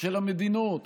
של המדינות